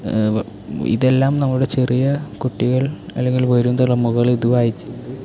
ഇതെല്ലാം നമ്മുടെ ചെറിയ കുട്ടികൾ അല്ലെങ്കിൽ വരും തലമുറകൾ ഇത് വായിച്ച്